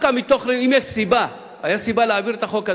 והיתה סיבה להעביר את החוק הזה,